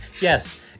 Yes